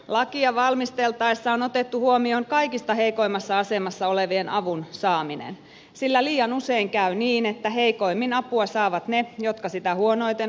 lakia valmisteltaessa on otettu huomioon kaikista heikoimmassa asemassa olevien avun saaminen sillä liian usein käy niin että heikoimmin apua saavat ne jotka sitä huonoiten osaavat hakea